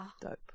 Dope